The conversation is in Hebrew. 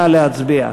נא להצביע.